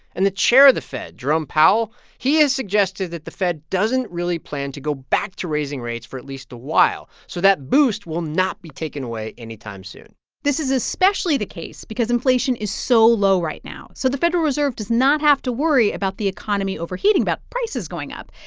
and the chair of the fed, jerome powell he has suggested that the fed doesn't really plan to go back to raising rates for at least a while. so that boost will not be taken away anytime soon this is especially the case because inflation is so low right now. so the federal reserve does not have to worry about the economy overheating, about prices going up.